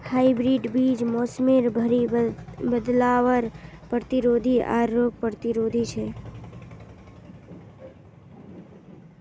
hybrid बीज मोसमेर भरी बदलावर प्रतिरोधी आर रोग प्रतिरोधी छे